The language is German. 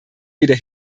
weder